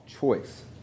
choice